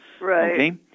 Right